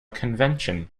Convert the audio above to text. convention